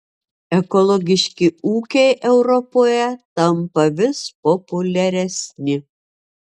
ekologiški ūkiai europoje tampa vis populiaresni